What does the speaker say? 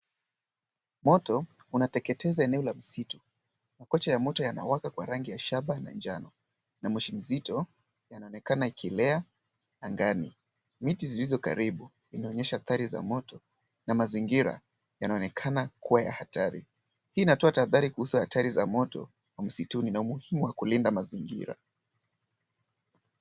Moto unateketeza eneo la msitu. Makucha ya moto yanawaka kwa rangi ya shaba na njano na moshi mzito yanaonekana ikielea angani. Miti zilizo karibu zinaonyesha athari za moto na mazingira yanaonekana kuwa ya hatari. Hii inatoa tahadhari kuhusu athari za moto msituni na umuhimu wa kulinda mazingira.